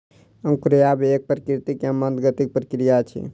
अंकुरायब एक प्राकृतिक एवं मंद गतिक प्रक्रिया अछि